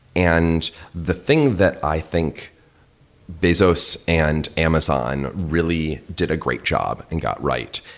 and the thing that i think bezos and amazon really did a great job and got right,